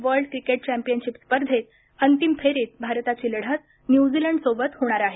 world cricket championship स्पर्धेत अंतिम फेरीत भारताची लढत न्यूझिलंड सोबत होणार आहे